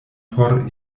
por